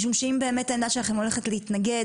משום שאם באמת העמדה שלכם הולכת להתנגד